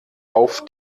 auf